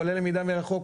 וכולל למידה מרחוק.